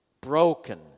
broken